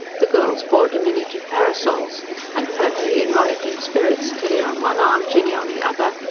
the girls bore diminutive parasols and purdy, in rollicking spirits, tilly on one arm, jinny on the other,